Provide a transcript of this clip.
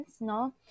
no